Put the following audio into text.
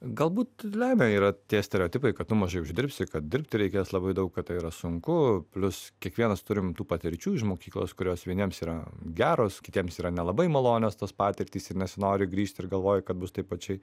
galbūt lemia yra tie stereotipai kad tu mažai uždirbsi kad dirbti reikės labai daug kad tai yra sunku plius kiekvienas turim tų patirčių iš mokyklos kurios vieniems yra geros kitiems yra nelabai malonios tos patirtys ir nesinori grįžt ir galvoja kad bus tai pačiai